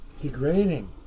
degrading